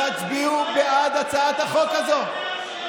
תצביעו בעד הצעת החוק הזאת.